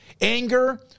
anger